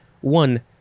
One